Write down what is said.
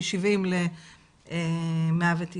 מ-70 ל-119.